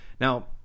Now